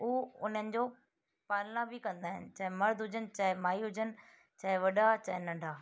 उहा उन्हनि जो पालना बि कंदा आहिनि चाहे मर्द हुजनि चाहे माई हुजनि चाहे वॾा चाहे नंढा